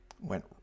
went